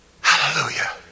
Hallelujah